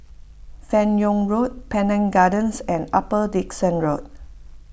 Fan Yoong Road Pandan Gardens and Upper Dickson Road